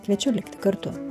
kviečiu likti kartu